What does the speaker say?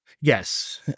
Yes